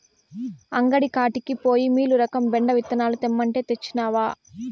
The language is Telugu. అంగడి కాడికి పోయి మీలురకం బెండ విత్తనాలు తెమ్మంటే, తెచ్చినవా